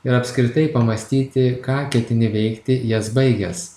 ir apskritai pamąstyti ką ketini veikti jas baigęs